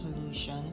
pollution